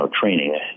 training